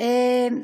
אינו